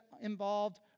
involved